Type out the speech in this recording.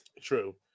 True